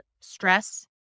stress